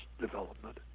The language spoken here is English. development